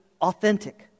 authentic